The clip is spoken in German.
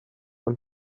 und